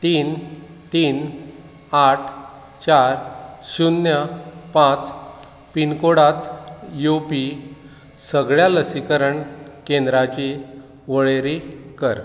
तीन तीन आठ चार शुन्य पांच पिनकोडांत येवपी सगळ्या लसीकरण केंद्रांची वळेरी कर